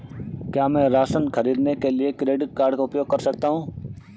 क्या मैं राशन खरीदने के लिए क्रेडिट कार्ड का उपयोग कर सकता हूँ?